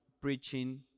preaching